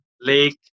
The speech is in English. lake